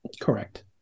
Correct